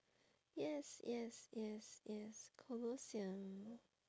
yes yes yes yes colosseum